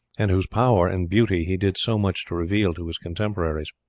and whose power and beauty he did so much to reveal to his contemporaries.